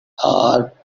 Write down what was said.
are